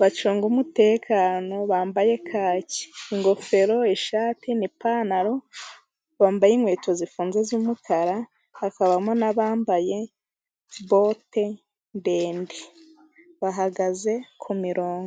bacunga umutekano bambaye kaki, ingofero, ishati n'ipantaro. Bambaye inkweto zifunze z'umukara. Hakabamo n'abambaye bote ndende bahagaze ku mirongo.